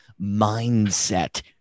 mindset